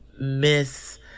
miss